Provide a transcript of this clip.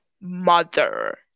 mother